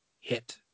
hit